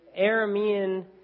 Aramean